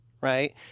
right